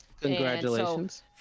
Congratulations